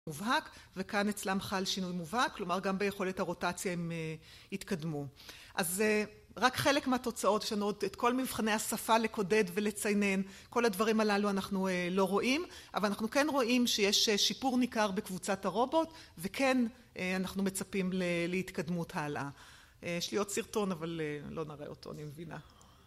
מובהק, וכאן אצלם חל שינוי מובהק, כלומר, גם ביכולת הרוטציה הם התקדמו. אז רק חלק מהתוצאות שונות, את כל מבחני השפה לקודד ולציינן, כל הדברים הללו אנחנו לא רואים, אבל אנחנו כן רואים שיש שיפור ניכר בקבוצת הרובוט, וכן אנחנו מצפים להתקדמות הלאה. יש לי עוד סרטון, אבל לא נראה אותו, אני מבינה.